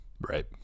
right